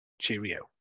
cheerio